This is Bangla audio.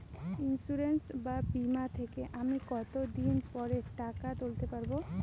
ইন্সুরেন্স বা বিমা থেকে আমি কত দিন পরে টাকা তুলতে পারব?